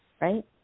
right